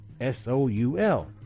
S-O-U-L